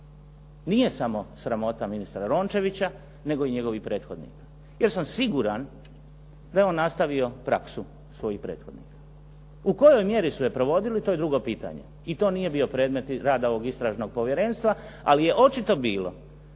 Nije samo sramota ministra Rončevića, nego i njegovih prethodnika. Ja sam siguran da je on nastavio praksu svojih prethodnika. U kojoj mjeri su je provodili to je drugo pitanje i to nije bio predmet rada ovog Istražnog povjerenstva. Ali je očito bilo